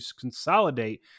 consolidate